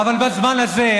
אבל בזמן הזה,